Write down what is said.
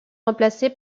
remplacés